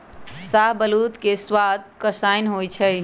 शाहबलूत के सवाद कसाइन्न होइ छइ